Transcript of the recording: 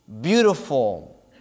beautiful